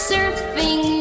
Surfing